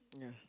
yeah